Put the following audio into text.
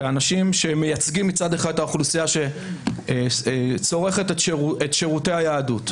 כאנשים שמייצגים מצד אחד את האוכלוסייה שצורכת את שירותי היהדות,